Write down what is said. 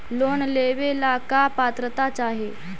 Loan लेवेला का पात्रता चाही?